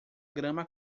grama